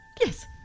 Yes